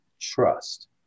trust